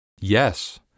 Yes